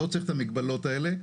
לא צריך את המגבלות האלה.